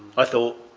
i thought,